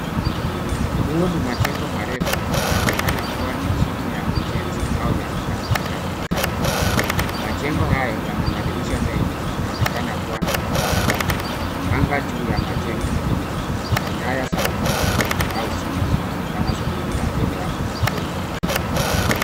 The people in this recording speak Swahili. Huu ni majengo marefu. Yanaonekana kuwa chini ya ujenzi ama yamekamilika hivi karibuni. Majengo hayo yana madirisha mengi yanaonekana kuwa na ghorofa kadhaa. Anga juu ya majengo ni bluu. Kuna nyaya za umeme au simu zinaonekana zikipita mbele ya majengo hiyo.